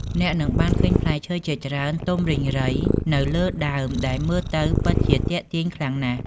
អ្នកនឹងបានឃើញផ្លែឈើជាច្រើនទុំរីងរៃនៅលើដើមដែលមើលទៅពិតជាទាក់ទាញខ្លាំងណាស់។